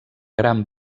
gran